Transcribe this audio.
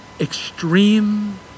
extreme